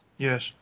Yes